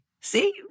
See